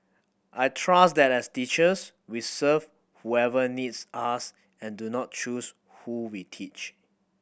I trust that as teachers we serve whoever needs us and do not choose who we teach